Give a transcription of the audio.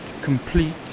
complete